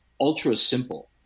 ultra-simple